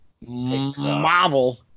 Marvel